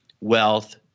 wealth